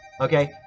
okay